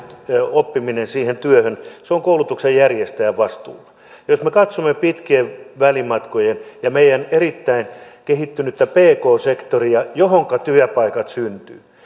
oppiminen siihen työhön on koulutuksen järjestäjän vastuulla jos me katsomme pitkiä välimatkoja ja meidän erittäin kehittynyttä pk sektoriamme johonka työpaikat syntyvät